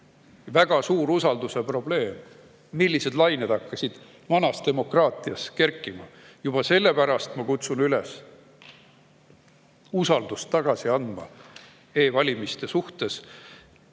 väga suur usalduse probleem, millised lained hakkasid vanas demokraatias kerkima. Juba sellepärast ma kutsun üles andma tagasi usaldust e‑valimiste suhtes